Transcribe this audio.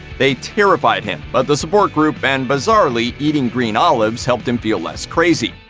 they terrified him, but the support group and, bizarrely, eating green olives, helped him feel less crazy.